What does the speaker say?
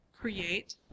create